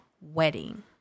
wedding